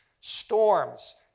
storms